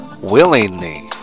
willingly